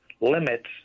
limits